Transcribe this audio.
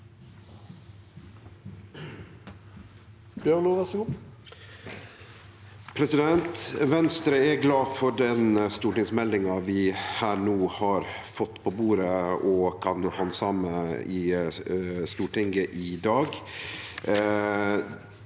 Venstre er glad for stortingsmeldinga vi no har fått på bordet og kan handsame i Stortinget i dag.